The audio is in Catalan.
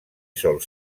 sol